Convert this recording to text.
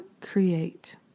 create